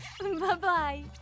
Bye-bye